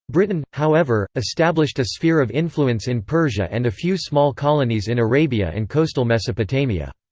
britain, however, established a sphere of influence in persia and a few small colonies in arabia and coastal mesopotamia.